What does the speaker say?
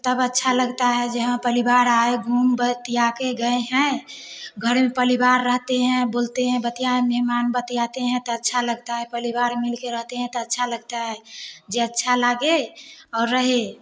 तब अच्छा लगता है जे हाँ पहली बार आए घूम बतिया के गए हैं घर पे परिवार रहते हैं बोलते हैं बतियाए मेहमान बतियाते हैं तो अच्छा लगता है परिवार मिल के रहते हैं तो अच्छा लगता है जे अच्छा लागे और रहे